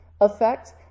effect